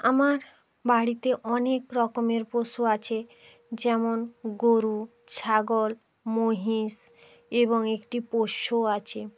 আমার বাড়িতে অনেক রকমের পশু আছে যেমন গরু ছাগল মহিষ এবং একটি পোষ্য আছে